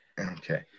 Okay